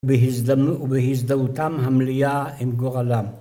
ובהזדהותם המליאה עם גורלם.